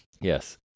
Yes